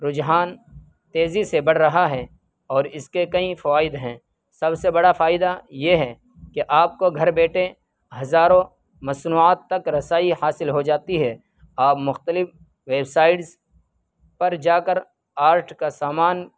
رجحان تیزی سے بڑھ رہا ہے اور اس کے کئی فوائد ہیں سب سے بڑا فائدہ یہ ہے کہ آپ کو گھر بیٹھے ہزاروں مصنوعات تک رسائی حاصل ہو جاتی ہے آپ مختلف ویب سائٹز پر جا کر آرٹ کا سامان